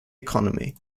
economy